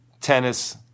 tennis